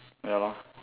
ya lor